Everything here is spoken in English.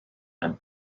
and